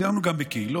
סיירנו גם בקהילות,